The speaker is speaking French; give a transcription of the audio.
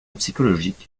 psychologique